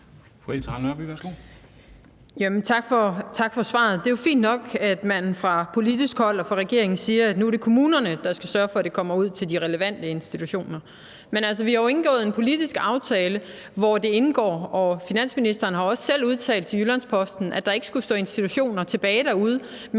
Tak for svaret. Det er fint nok, at man fra politisk hold og fra regeringens side siger, at nu er det kommunerne, der skal sørge for, at det kommer ud til de relevante institutioner, men vi har jo indgået en politisk aftale, hvor det indgår, og finansministeren har også selv udtalt til Jyllands-Posten, at der ikke skulle stå institutioner tilbage derude